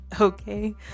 okay